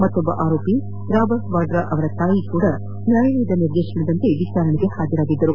ಮತ್ತೊಬ್ಬ ಆರೋಪಿ ರಾಬರ್ಟ್ ವಾದ್ರಾ ಅವರ ತಾಯಿಯೂ ನ್ಯಾಯಾಲಯದ ನಿರ್ದೇಶನದಂತೆ ವಿಚಾರಣೆಗೆ ಹಾಜರಾಗಿದ್ದರು